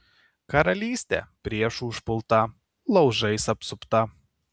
karalystė priešų užpulta laužais apsupta